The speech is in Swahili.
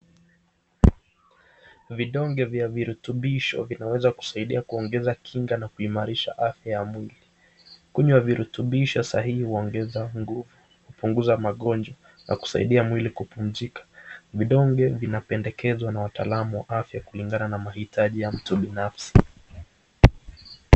Vidonge vya virutubisho vinaweza kusaidia kuongeza kinga na kuimarisha afya ya mwili. Kunywa virutubisho sahihi huongeza nguvu, kupunguza magonjwa na kusaidia mwili kupumzika. Vidonge vinapendekezwa na wataalamu wa afya kulingana na mahitaji ya mtu binafsi.